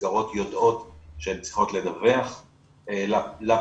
המסגרות יודעות שהן צריכות לדווח לפיקוח,